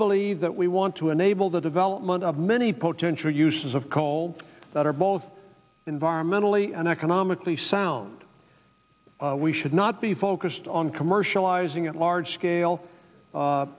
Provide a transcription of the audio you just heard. believe that we want to enable the development of many potential uses of coal that are both environmentally and economically sound we should not be focused on commercializing at large scale u